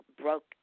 broke